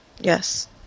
Yes